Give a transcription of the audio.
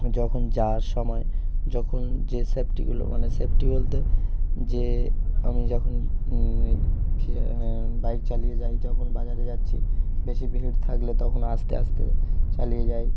যখন যাওয়ার সময় যখন যে সেফটিগুলো মানে সেফটি বলতে যে আমি যখন ধীরে বাইক চালিয়ে যাই যখন বাজারে যাচ্ছি বেশি ভিড় থাকলে তখন আস্তে আস্তে চালিয়ে যাই